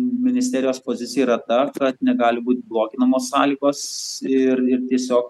ministerijos pozicija yra ta kad negali būti bloginamos sąlygos ir ir tiesiog